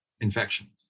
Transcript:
infections